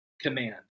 command